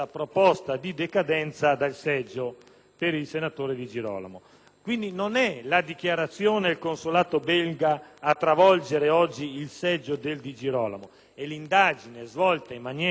Quindi, non è la dichiarazione al consolato belga a travolgere oggi il seggio del senatore Di Girolamo, ma è l'indagine svolta in maniera autonoma dalla Giunta in ordine alla residenza di fatto